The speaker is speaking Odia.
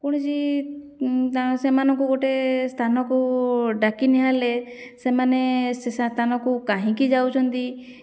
କୌଣସି ତା' ସେମାନଙ୍କୁ ଗୋଟେ ସ୍ଥାନକୁ ଡାକି ନିଆହେଲେ ସେମାନେ ସେ ସ୍ଥାନକୁ କାହିଁକି ଯାଉଛନ୍ତି